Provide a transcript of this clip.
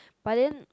but then